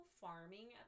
farming